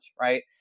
right